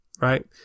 right